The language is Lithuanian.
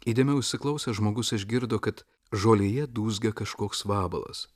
įdėmiau įsiklausęs žmogus išgirdo kad žolėje dūzgia kažkoks vabalas